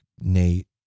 Nate